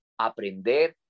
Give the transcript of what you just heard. aprender